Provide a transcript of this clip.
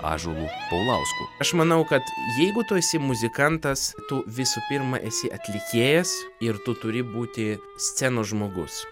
ąžuolu paulausku aš manau kad jeigu tu esi muzikantas tu visų pirma esi atlikėjas ir tu turi būti scenos žmogus